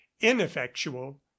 ineffectual